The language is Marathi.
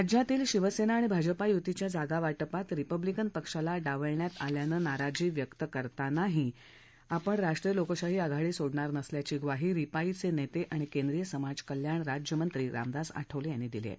राज्यातील शिवसेना आणि भाजप यूतीच्या जागा वाटपात रिपब्लिकन पक्षाला डावलण्यात आल्याने तीव्र नाराजी व्यक्त करतानाही आपण राष्ट्रीय लोकशाही आघाडी सोडणार नसल्याची ग्वाही रिपाइंचे नेते आणि केंद्रीय समाज कल्याण राज्य मंत्री रामदास आठवले यांनी दिली आहे